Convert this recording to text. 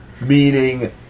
meaning